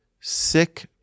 sick